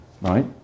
right